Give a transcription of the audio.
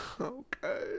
Okay